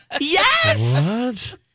Yes